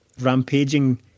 rampaging